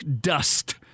dust